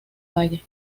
valle